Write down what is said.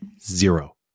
Zero